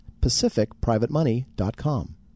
pacificprivatemoney.com